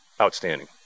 outstanding